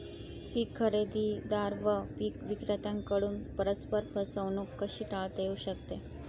पीक खरेदीदार व पीक विक्रेत्यांकडून परस्पर फसवणूक कशी टाळता येऊ शकते?